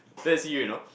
that's you you know